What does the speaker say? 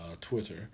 Twitter